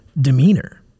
demeanor